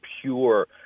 pure